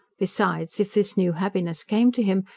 besides, if this new happiness came to him,